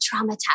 traumatized